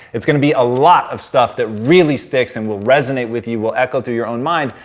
it's gonna be a lot of stuff that really sticks and will resonate with you, will echo through your own mind,